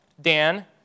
Dan